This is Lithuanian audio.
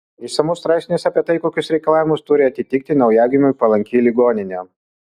išsamus straipsnis apie tai kokius reikalavimus turi atitikti naujagimiui palanki ligoninė